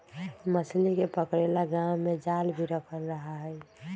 मछली के पकड़े ला गांव में जाल भी रखल रहा हई